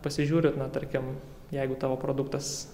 pasižiūri na tarkim jeigu tavo produktas